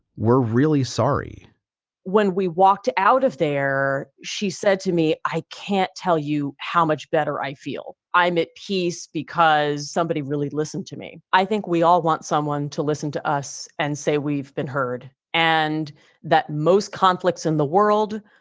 we're really sorry when we walked out of there, she said to me, i can't tell you how much better i feel i'm at peace because somebody really listened to me. i think we all want someone to listen to us and say we've been heard and that most conflicts in the world,